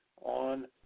on